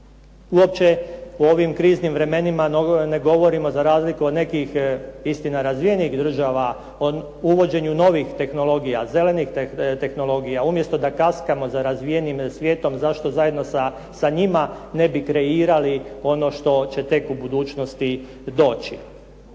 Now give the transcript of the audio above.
Uopće u ovim kriznim vremenima ne govorimo za razliku od nekih istina razvijenih država, o uvođenju novih tehnologija, zelenih tehnologija. Umjesto da kaskamo sa razvijenim svijetom zašto zajedno sa njima ne bi kreirali ono što će tek u budućnosti doći.